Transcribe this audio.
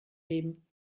leben